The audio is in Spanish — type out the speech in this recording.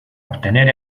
obtener